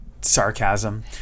sarcasm